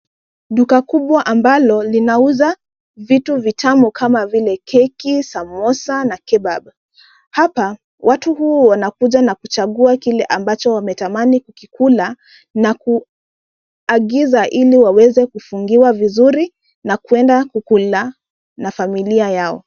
Duka kubwa ambalo linauza vitu vitamu kama vile keki, samosa, na kebab .Hapa, watu huwa wanakuja na kuchagua kile ambacho wametamani kikula, na kuagiza ili waweze kufungiwa vizuri, na kuenda kukula na familia yao.